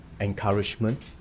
encouragement